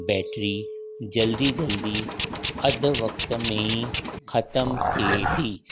battery जल्दी जल्दी अधु वक़्ति में ख़तमु थिए थी